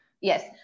Yes